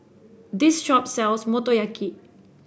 this shop sells Motoyaki